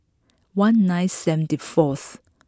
one nine seventy fourth